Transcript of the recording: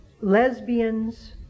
lesbians